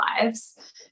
lives